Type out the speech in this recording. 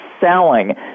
selling